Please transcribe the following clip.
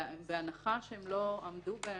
בהנחה שהם לא עמדו בהן,